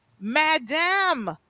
madam